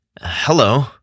Hello